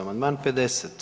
Amandman 50.